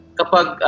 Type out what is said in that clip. kapag